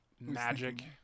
magic